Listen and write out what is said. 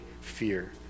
fear